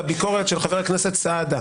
לביקורת של חבר הכנסת סעדה,